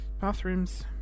Bathrooms